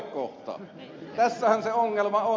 tässähän se ongelma on